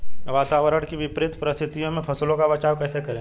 वातावरण की विपरीत परिस्थितियों में फसलों का बचाव कैसे करें?